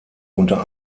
unter